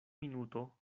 minuto